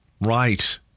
Right